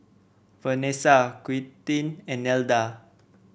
Vanesa Quintin and Nelda